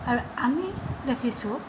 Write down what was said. আৰু আমি দেখিছোঁ